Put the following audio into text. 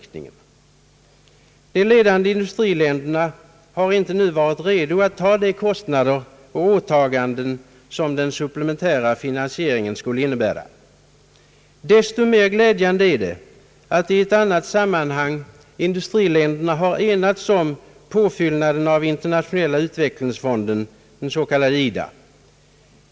De ledande industriländerna har inte nu varit redo att åta sig de kostnader och åtaganden som den supplementära finansieringen skulle innebära. Desto mer glädjande är att industriländerna i annat sammanhang enats om att öka biståndet genom Internationella utvecklingsfonden, IDA.